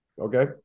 Okay